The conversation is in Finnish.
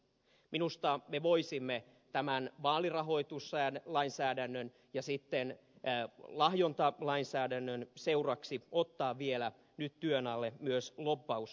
minusta me voisimme tämän vaalirahoituslainsäädännön ja sitten lahjontalainsäädännön seuraksi ottaa vielä nyt työn alle myös lobbaussäädökset